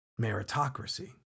meritocracy